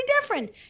different